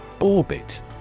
Orbit